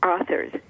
authors